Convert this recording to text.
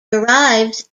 derives